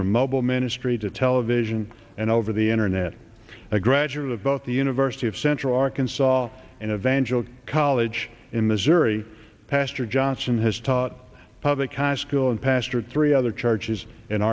from mobile ministry to television and over the internet a graduate of both the university of central arkansas and eventually college in missouri pastor johnson has taught public high school and pastor three other charges in